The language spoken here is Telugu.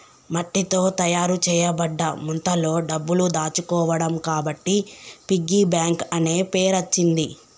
మట్టితో తయారు చేయబడ్డ ముంతలో డబ్బులు దాచుకోవడం కాబట్టి పిగ్గీ బ్యాంక్ అనే పేరచ్చింది